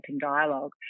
dialogue